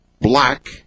black